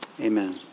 Amen